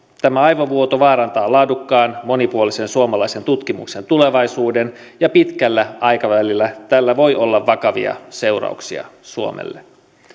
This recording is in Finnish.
tämä aivovuoto vaarantaa laadukkaan monipuolisen suomalaisen tutkimuksen tulevaisuuden ja pitkällä aikavälillä tällä voi olla vakavia seurauksia suomelle